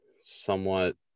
somewhat